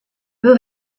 who